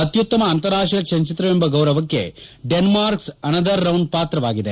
ಅತ್ಯುತ್ತಮ ಅಂತಾರಾಷ್ಲೀಯ ಚಲನಚಿತ್ರವೆಂಬ ಗೌರವಕ್ಕೆ ಡೆನ್ನಾರ್ಕ್ಷ ಅನದರ್ ರೌಂಡ್ ಪಾತ್ರವಾಗಿದೆ